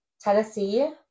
Tennessee